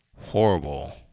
horrible